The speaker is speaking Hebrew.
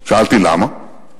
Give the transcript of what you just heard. שאלתי: למה?